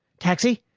taxi!